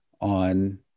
on